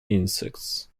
insects